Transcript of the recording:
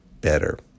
better